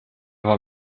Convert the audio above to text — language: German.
war